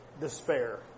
despair